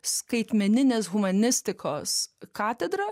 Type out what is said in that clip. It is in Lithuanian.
skaitmeninės humanistikos katedra